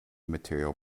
material